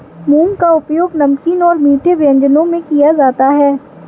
मूंग का उपयोग नमकीन और मीठे व्यंजनों में किया जाता है